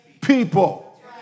people